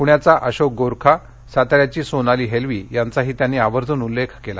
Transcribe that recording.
पुण्याचा अशोक गोरखा सातार्यागची सोनाली हेलवी यांचाही त्यांनी आवर्जून उल्लेख केला